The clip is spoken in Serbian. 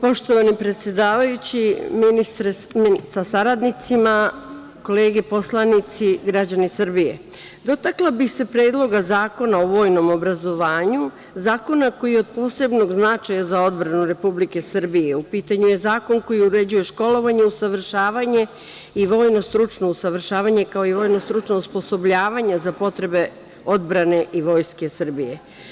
Poštovani predsedavajući, ministre sa saradnicima, kolege poslanici, građani Srbije, dotakla bih se Predloga zakona o vojnom obrazovanju, zakona koji je od posebnog značaja za odbranu Republike Srbije, u pitanju je zakon koji uređuje školovanje, usavršavanje i vojno stručno usavršavanje, kao i vojno stručno osposobljavanje za potrebe odbrane i Vojske Srbije.